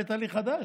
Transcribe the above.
הבאת לי חדש?